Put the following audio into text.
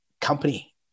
company